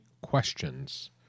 questions